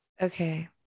Okay